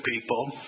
people